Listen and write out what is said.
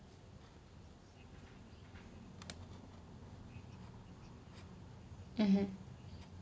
mmhmm